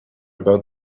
about